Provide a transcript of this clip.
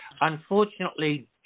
Unfortunately